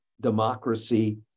democracy